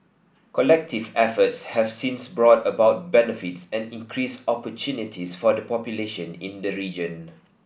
collective efforts have since brought about benefits and increased opportunities for the population in the region